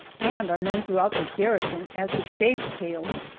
and are known throughout the garrison as the shaved-tails,